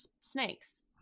snakes